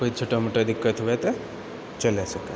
कोइ छोटा मोटा दिक्कत हुवे तऽ चलए सकए